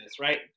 right